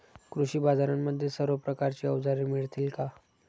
कृषी बाजारांमध्ये सर्व प्रकारची अवजारे मिळतील का?